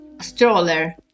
stroller